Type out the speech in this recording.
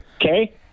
Okay